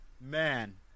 man